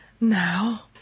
now